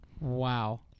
Wow